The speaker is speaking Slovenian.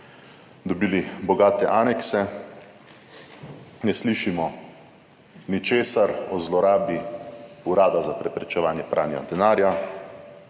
dobili bogate anekse, ne slišimo ničesar o zlorabi Urada za preprečevanje pranja denarja,